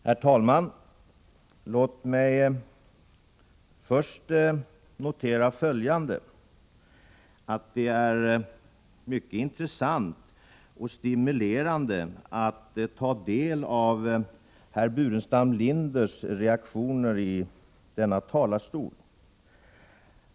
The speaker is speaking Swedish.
Herr talman! Låt mig först notera följande. Det är mycket intressant och stimulerande att ta del av herr Burenstam Linders reaktioner i denna talarstol.